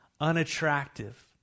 unattractive